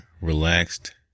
relaxed